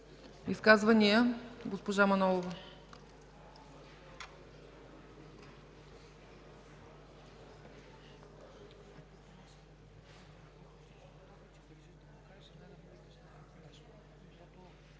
Изказвания? Госпожа Манолова.